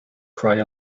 cry